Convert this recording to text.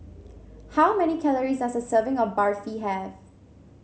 how many calories does a serving of Barfi have